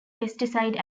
pesticide